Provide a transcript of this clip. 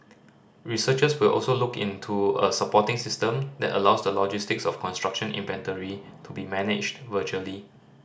researchers will also look into a supporting system that allows the logistics of construction inventory to be managed virtually